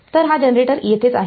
तर हा जनरेटर येथेच आहे